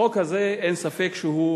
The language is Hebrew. החוק הזה, אין ספק שהוא יעבור.